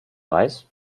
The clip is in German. reis